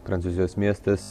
prancūzijos miestas